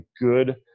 good